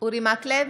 אורי מקלב,